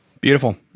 Beautiful